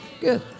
Good